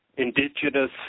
indigenous